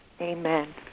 Amen